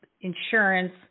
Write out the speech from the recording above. insurance